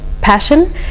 passion